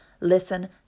listen